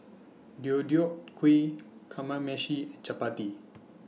Deodeok Gui Kamameshi and Chapati